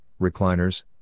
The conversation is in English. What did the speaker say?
recliners